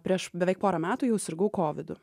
prieš beveik pora metų jau sirgau kovidu